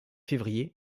février